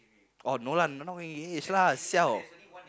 oh no lah not engaged lah siao